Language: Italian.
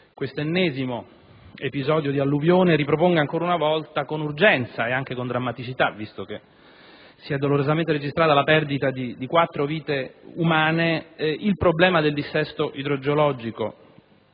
questo ennesimo episodio di alluvionale riproponga ancora una volta con urgenza e anche con drammaticità - visto che si è dolorosamente registrata la perdita di quattro vite umane - il problema del dissesto idrogeologico